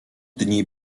dni